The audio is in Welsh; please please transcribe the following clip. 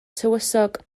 tywysog